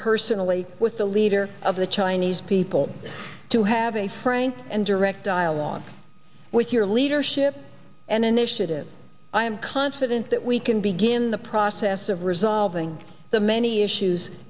personally with the leader of the chinese people to have a frank and direct dialogue with your leadership and initiative i am confident that we can begin the process of resolving the many issues